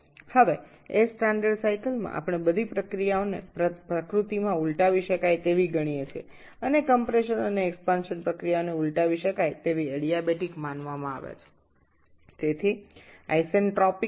এখন air standard চক্রে আমরা সমস্ত প্রক্রিয়াগুলিকে প্রকৃতিগতভাবে রিভার্সিবল বলে বিবেচনা করি এবং সংকোচন ও প্রসারণ প্রক্রিয়াগুলি রিভার্সিবল অ্যাডিয়াব্যাটিক হিসাবে বিবেচিত হয় সুতরাং আইসেন্ট্রোপিক